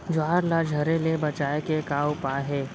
ज्वार ला झरे ले बचाए के का उपाय हे?